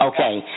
Okay